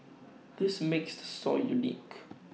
this makes the store unique